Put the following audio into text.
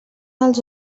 els